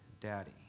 daddy